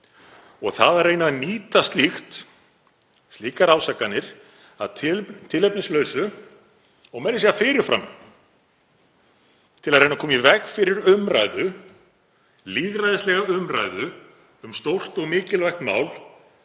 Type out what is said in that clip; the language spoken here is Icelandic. Það að reyna að nýta slíkar ásakanir að tilefnislausu og meira að segja fyrir fram til að reyna að koma í veg fyrir umræðu, lýðræðislega umræðu um stórt og mikilvægt mál,